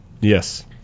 yes